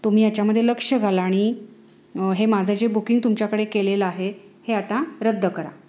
तुम्ही याच्यामध्ये लक्ष घाला आणि हे माझं जे बुकिंग तुमच्याकडे केलेलं आहे हे आता रद्द करा